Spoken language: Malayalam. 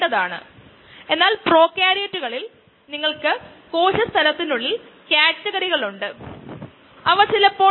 അതായത് ഇനിഷ്യൽ കണ്ടിഷനിൽ t tzero തുല്യമാണ് x xzeroനു തുല്യമാണ്